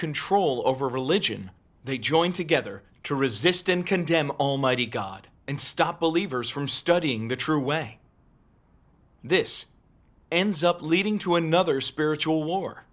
control over religion they join together to resist and condemn almighty god and stop believers from studying the true way this ends up leading to another spiritual war